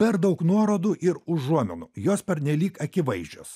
per daug nuorodų ir užuominų jos pernelyg akivaizdžios